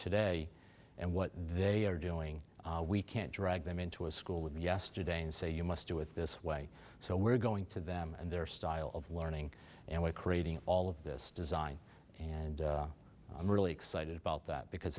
today and what they are doing we can't drag them into a school with yesterday and say you must do it this way so we're going to them and their style of learning and we're creating all of this design and i'm really excited about that because